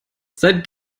seit